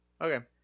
Okay